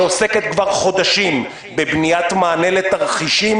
שעוסקת כבר חודשים בבניית מענה לתרחישים